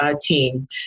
team